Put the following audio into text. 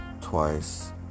twice